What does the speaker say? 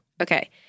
Okay